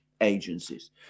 agencies